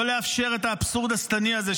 לא לאפשר את האבסורד השטני הזה,